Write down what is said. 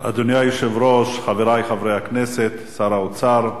אדוני היושב-ראש, חברי חברי הכנסת, שר האוצר,